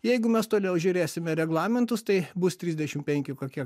jeigu mes toliau žiūrėsime reglamentus tai bus trisdešim penki kokie